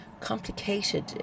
complicated